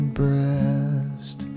breast